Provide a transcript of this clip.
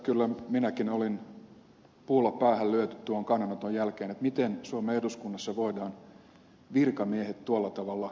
kyllä minäkin oli puulla päähän lyöty tuon kannanoton jälkeen että miten suomen eduskunnassa voidaan virkamiehet tuolla tavalla leimata